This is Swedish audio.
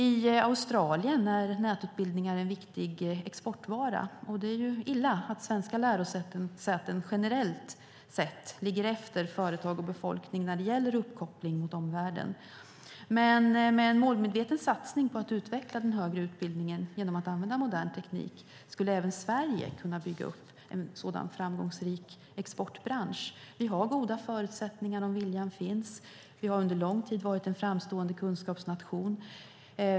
I Australien är nätutbildningar en viktig exportvara. Det är illa att svenska lärosäten generellt sett ligger efter företag och befolkning när det gäller uppkoppling mot omvärlden. Men med en målmedveten satsning på att utveckla den högre utbildningen genom att använda modern teknik skulle även Sverige kunna bygga upp en sådan framgångsrik exportbransch. Vi har goda förutsättningar om viljan finns. Vi har under lång tid varit en framstående kunskapsnation.